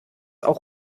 auch